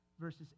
verses